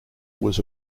was